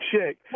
check